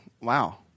wow